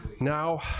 now